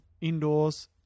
Indoors